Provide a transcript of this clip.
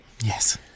Yes